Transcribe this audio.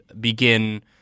begin